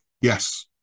yes